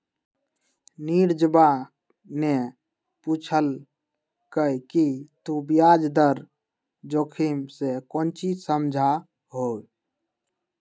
नीरजवा ने पूछल कई कि तू ब्याज दर जोखिम से काउची समझा हुँ?